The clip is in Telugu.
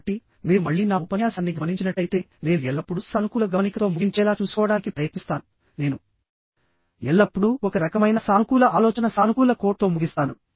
కాబట్టి మీరు మళ్ళీ నా ఉపన్యాసాన్ని గమనించినట్లయితే నేను ఎల్లప్పుడూ సానుకూల గమనికతో ముగించేలా చూసుకోవడానికి ప్రయత్నిస్తాను నేను ఎల్లప్పుడూ ఒక రకమైన సానుకూల ఆలోచన సానుకూల కోట్ తో ముగిస్తాను